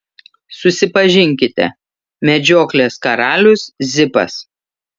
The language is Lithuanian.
susipažinkite medžioklės karalius zipas